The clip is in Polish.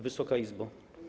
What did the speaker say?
Wysoka Izbo!